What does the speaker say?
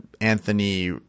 Anthony